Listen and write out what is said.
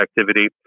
activity